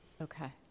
Okay